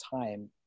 time